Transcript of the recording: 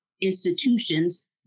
institutions